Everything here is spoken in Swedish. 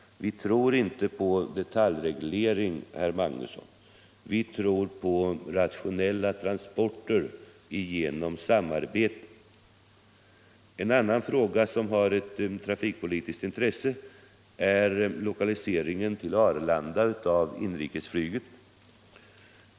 Vi tror inte på detaljreglering, herr Magnusson. Vi tror på rationella transporter genom samarbete. En annan fråga som har ett trafikpolitiskt intresse är lokaliseringen till Arlanda av inrikesflyget.